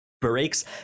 breaks